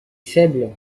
faible